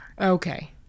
Okay